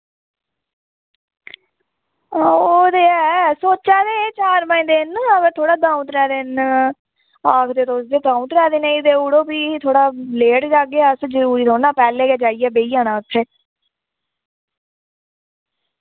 हां ओह् ते है सोचा दे हे चार पंज दिन न वा थोह्ड़ा द'ऊं त्रै दिन द'ऊं त्रै दिनें दी देऊड़ो फ्ही थोह्ड़ा लेट जाह्गे अस जरुरी थोह्ड़ी ना पैह्ले गै जाइयै बेही जाना उत्थै